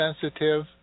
sensitive